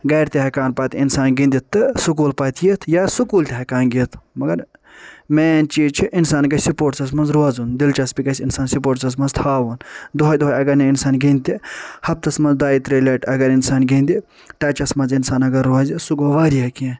گھرٕ تہِ ہیٚکان پتہٕ انسان گِندِتھ تہٕ سکولہِ پتہٕ یتھ یا سکول تہِ ہیٚکان گِنٛدِتھ مگر مین چیٖز چھُ اِنسان گژھہِ سپورٹسَس منٛز روزُن دِلچسپی گژھہِ اِنسان سپورٹسَس منٛز تھاوُن دۄہے دۄہے اگر نہٕ انسان گِندِ تہٕ ہفتس منٛز دۄیہِ ترٛیٚیہِ لٹہِ اگر انسان گِندِ ٹچَس منٛز اگر اِنسان روزِ سُہ گوٚو واریاہ کیٚنٛہہ